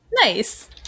Nice